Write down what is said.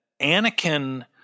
Anakin